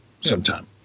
sometime